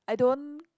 I don't